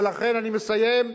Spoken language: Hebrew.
ולכן, אני מסיים,